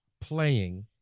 playing